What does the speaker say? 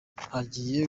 hagiye